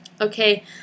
Okay